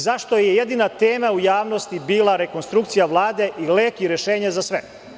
Zašto je jedina tema u javnosti bila rekonstrukcija Vlade i lek i rešenje za sve?